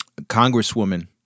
Congresswoman